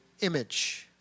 image